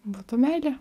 būtų meilė